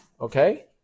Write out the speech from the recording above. okay